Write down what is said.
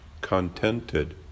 Contented